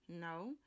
No